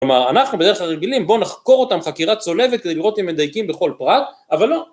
כלומר, אנחנו בדרך כלל רגילים, בואו נחקור אותם חקירה צולבת כדי לראות אם הם מדייקים בכל פרט, אבל לא